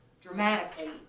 dramatically